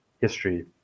history